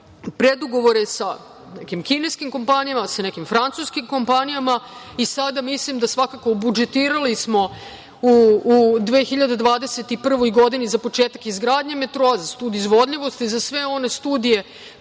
predgovore sa nekim kineskim kompanijama, sa nekim francuskim kompanijama. Budžetirali smo u 2021. godini za početak izgradnje metroa, za studiju izvodljivosti, za sve one studije